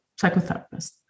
psychotherapist